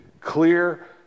clear